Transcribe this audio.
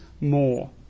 more